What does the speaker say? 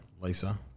Lisa